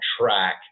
track